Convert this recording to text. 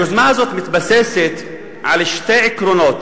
היוזמה הזאת מתבססת על שני עקרונות.